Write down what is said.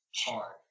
hard